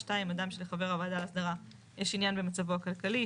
2. אדם שלחבר הוועדה להסדרה יש עניין במצבו הכלכלי.